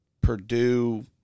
Purdue